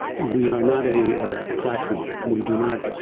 we are not a ah ah platform, we do not,